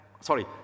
sorry